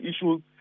issues